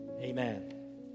Amen